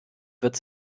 wird